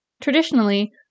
Traditionally